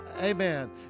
amen